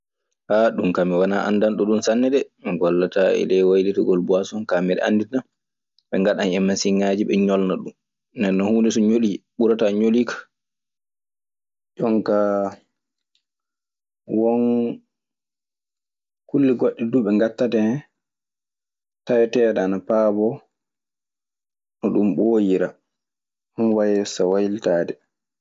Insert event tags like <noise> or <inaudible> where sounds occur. <hesitation> ɗum kaa wanaa anndanndo ɗum sanne. <hesitation> mi gollataa e ley waylitigol booson ka miɗe anndi tan ɓe ngaɗan e masinŋaaji. Mi ñolna ɗum nenno huunde so ñolii, ɓurataa ñoli ka. jonkaa won kulle goɗɗe duuɓe ngattata hen, taweteeɗe ana paaboo no ɗum ɓooyira, ɗum wayeesa waylitaade.